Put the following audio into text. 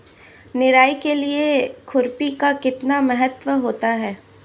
निराई के लिए खुरपी का कितना महत्व होता है?